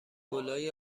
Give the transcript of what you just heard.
گـلای